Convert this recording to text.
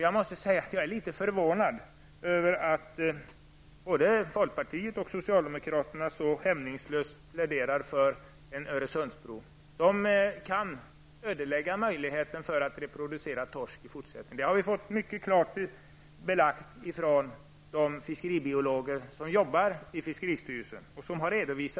Jag måste säga att jag är förvånad över att både folkpartiet och socialdemokraterna så hämningslöst pläderar för en Öresundsbro, som kan ödelägga möjligheten att reproducera torsk i fortsättningen. Att det förhåller sig så har redovisats mycket klart för oss av de fiskeribiologer som jobbar i fiskeristyrelsen.